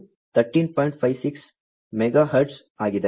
56 megahertz ಆಗಿದೆ